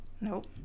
Nope